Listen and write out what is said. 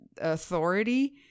authority